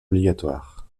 obligatoires